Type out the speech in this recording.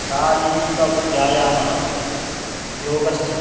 शारीरिकव्यायामः योगश्च